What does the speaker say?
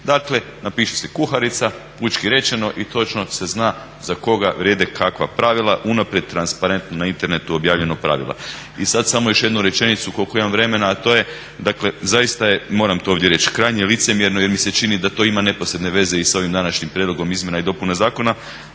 Dakle, napiše se kuharica, pučki rečeno i točno se zna za koga vrijede kakva pravila, unaprijed transparentno na internetu objavljenog pravila. I sad samo još jednu rečenicu koliko imam vremena, a to je, dakle zaista je, moram to ovdje reći krajnje licemjerno jer mi se čini da to ima neposredne veze i sa ovim današnjim prijedlogom izmjena i dopuna zakona,